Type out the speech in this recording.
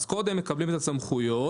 אז קודם מקבלים את הסמכויות,